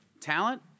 talent